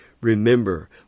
Remember